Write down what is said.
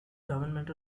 government